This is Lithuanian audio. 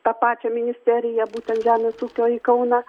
tą pačią ministeriją būtent žemės ūkio į kauną